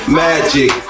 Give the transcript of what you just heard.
magic